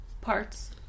Parts